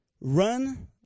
run